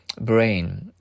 brain